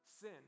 sin